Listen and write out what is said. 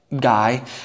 guy